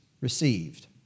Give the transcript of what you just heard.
received